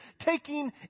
Taking